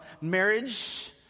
marriage